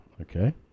Okay